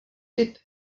typ